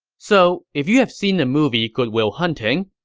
so if you have seen the movie good will hunting,